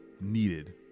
needed